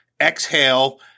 exhale